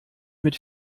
mit